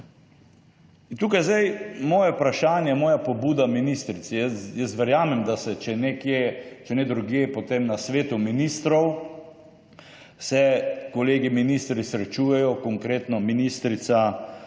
In tukaj zdaj moje vprašanje, moja pobuda ministrici. Jaz verjamem, da se, če nekje, če ne drugje, potem na svetu ministrov se kolegi ministri srečujejo, konkretno ministrica